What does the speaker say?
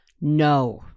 no